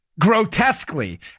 grotesquely